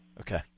Okay